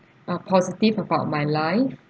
ah positive about my life